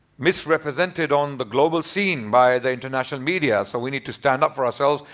misrepresented on the global scene by the international media. so we need to stand up for ourselves.